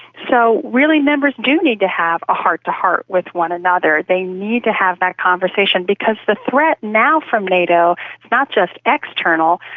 so really members do need to have a heart to heart with one another, they need to have that conversation because the threat now from nato, it's not just external,